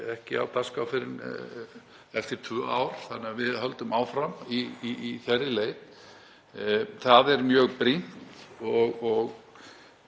ekki á dagskrá fyrr en eftir tvö ár þannig að við höldum áfram í þeirri leit, það er mjög brýnt.